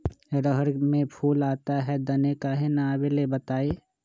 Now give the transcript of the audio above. रहर मे फूल आता हैं दने काहे न आबेले बताई?